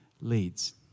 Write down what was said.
Leads